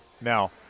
Now